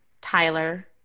Tyler